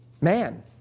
Man